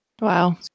Wow